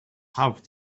have